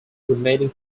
remaining